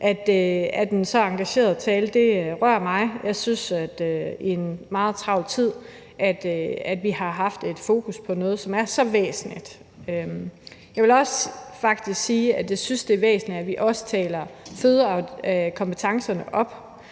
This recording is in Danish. at en så engageret tale rører mig. Jeg synes, at vi i en meget travl tid har haft et fokus på noget, som er så væsentligt. Jeg vil faktisk også sige, at jeg synes, det er væsentligt, at vi taler kompetencerne på